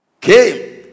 came